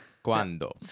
Cuando